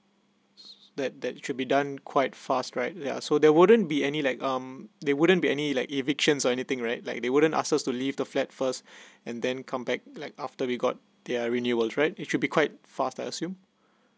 that that should be done quite fast right there are so there wouldn't be any like um they wouldn't be any like eviction or anything right like they wouldn't ask us to leave the flat first and then come back like after we got their renewal right it should be quite fast I assume